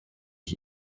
ich